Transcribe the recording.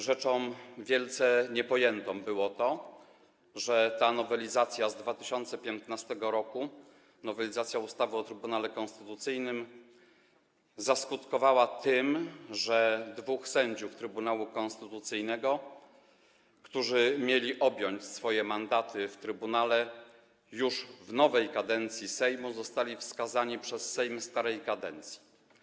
Rzeczą wielce niepojętą było to, że ta nowelizacja z 2015 r., nowelizacja ustawy o Trybunale Konstytucyjnym, zaskutkowała tym, że dwaj sędziowie Trybunału Konstytucyjnego, którzy mieli objąć swoje mandaty w trybunale już w nowej kadencji Sejmu, zostali wskazani przez Sejm starej kadencji.